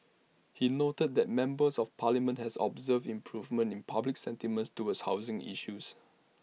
he noted that members of parliament have observed improvements in public sentiments towards housing issues